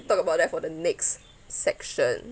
we talk about that for the next section